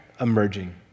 emerging